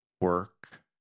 work